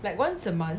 like once a month